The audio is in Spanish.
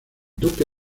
duque